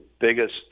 biggest